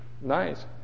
nice